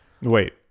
Wait